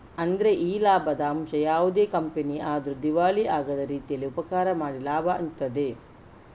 ಅಂದ್ರೆ ಈ ಲಾಭದ ಅಂಶ ಯಾವುದೇ ಕಂಪನಿ ಆದ್ರೂ ದಿವಾಳಿ ಆಗದ ರೀತೀಲಿ ಉಪಕಾರ ಮಾಡಿ ಲಾಭ ಹಂಚ್ತದೆ